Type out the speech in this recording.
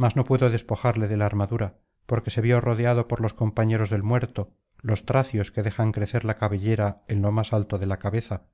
mas no pudo despojarle de la armadura porque se vio rodeado por los compañeros del muerto los tracios que dejan crecer la cabellera en lo más alto de la cabeza